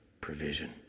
provision